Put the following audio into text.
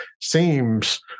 seems